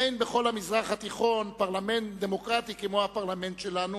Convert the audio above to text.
אין בכל המזרח התיכון פרלמנט דמוקרטי כמו הפרלמנט שלנו,